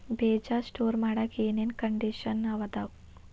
ಬೇಜ ಸ್ಟೋರ್ ಮಾಡಾಕ್ ಏನೇನ್ ಕಂಡಿಷನ್ ಅದಾವ?